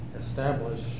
establish